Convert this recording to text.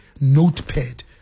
notepad